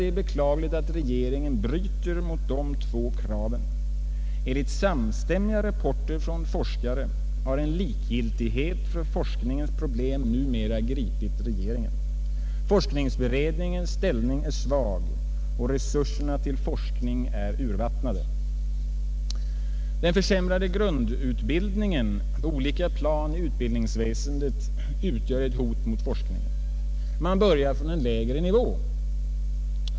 Det är beklagligt att regeringen bryter mot båda dessa krav. Enligt samstämmiga rapporter från forskare har en likgiltighet för forskningens problem numera gripit regeringen. Forskningsberedningens ställning är svag. Resurserna till forskning är urvattnade. Den försämrade grundutbildningen på olika plan inom utbildningsväsendet utgör ett hot mot forskningen. Man börjar från en lägre nivå.